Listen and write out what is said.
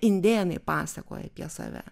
indėnai pasakoja apie save